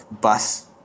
bus